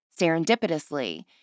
Serendipitously